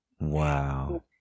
Wow